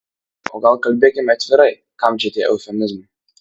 o gal kalbėkime atvirai kam čia tie eufemizmai